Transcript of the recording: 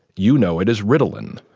you know it as ritalin.